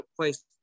place